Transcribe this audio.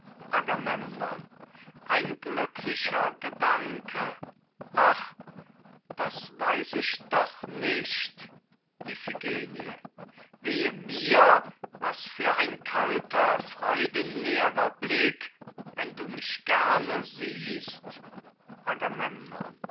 ein glücklicher gedanke ach das weiß ich doch nicht iphigenie wehe mir was für ein kalter freudenleerer blick wenn du mich gerne siehst